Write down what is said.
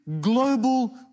global